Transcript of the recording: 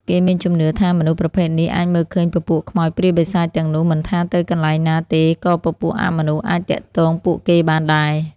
គេមានជំនឿថាមនុស្សប្រភេទនេះអាចមើលឃើញពពួកខ្មោចព្រាយបិសាចទាំងនោះមិនថាទៅកន្លែងណាទេក៏ពពួកអមនុស្សអាចទាក់ទងពួកគេបានដែរ